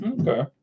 Okay